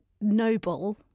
noble